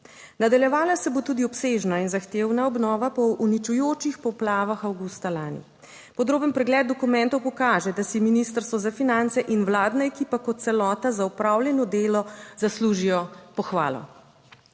Nadaljevala se bo tudi obsežna in zahtevna obnova po uničujočih poplavah avgusta lani. Podroben pregled dokumentov pokaže, da si Ministrstvo za finance in vladna ekipa kot celota za opravljeno delo zaslužijo pohvalo.